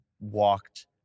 walked